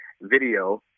video